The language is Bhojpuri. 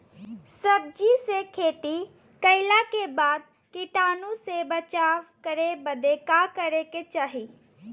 सब्जी के खेती कइला के बाद कीटाणु से बचाव करे बदे का करे के चाही?